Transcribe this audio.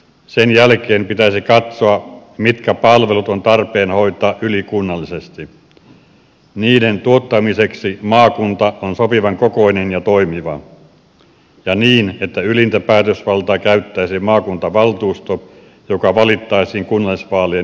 sen jälkeen pitäisi katsoa mitkä palvelut on tarpeen hoitaa ylikunnallisesti niiden tuottamiseksi maakunta on sopivan kokoinen ja toimiva ja niin että ylintä päätösvaltaa käyttäisi maakuntavaltuusto joka valittaisiin kunnallisvaalien yhteydessä